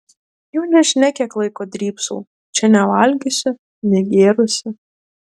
jau nežinia kiek laiko drybsau čia nevalgiusi negėrusi